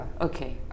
Okay